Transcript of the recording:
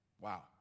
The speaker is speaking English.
Wow